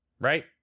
Right